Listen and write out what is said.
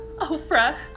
Oprah